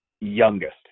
youngest